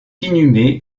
inhumé